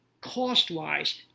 cost-wise